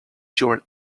your